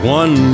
one